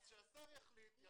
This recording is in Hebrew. אז שהשר יחליט.